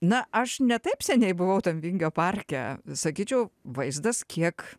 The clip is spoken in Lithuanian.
na aš ne taip seniai buvau tam vingio parke sakyčiau vaizdas kiek